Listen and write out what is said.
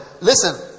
Listen